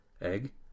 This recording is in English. Egg